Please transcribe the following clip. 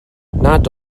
nad